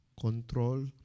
control